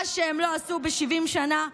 מה שהם לא עשו ב-70 שנה,